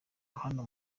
hano